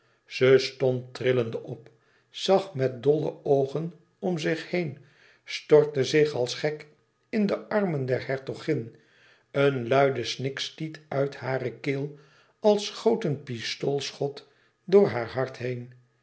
zij stond trillende op zag met dolle oogen om zich heen stortte zich als gek in de armen der hertogin een luide snik stiet uit hare keel als schoot een pistoolschot door haar hart heen